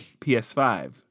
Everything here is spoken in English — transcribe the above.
PS5